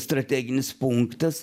strateginis punktas